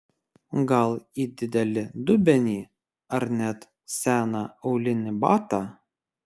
gal į didelį dubenį ar net seną aulinį batą